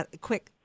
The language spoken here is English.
quick